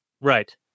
Right